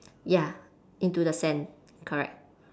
ya into the sand correct